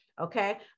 Okay